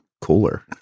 cooler